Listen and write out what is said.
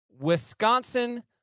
Wisconsin